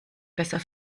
besser